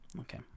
Okay